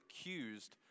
accused